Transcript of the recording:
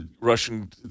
Russian